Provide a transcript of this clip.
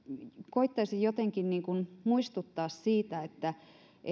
koettaisin jotenkin muistuttaa siitä että